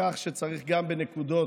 לכך שצריך גם בנקודות,